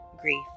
grief